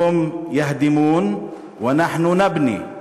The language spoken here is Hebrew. הום יהדימון ונחנו נבני,